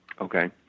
Okay